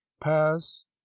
pass